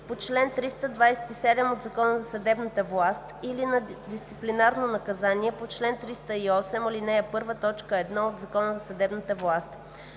по чл. 327 от Закона за съдебната власт или на дисциплинарно наказание по чл. 308 ал. 1, т. 1 от Закона за съдебната власт.